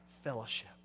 fellowship